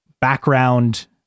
background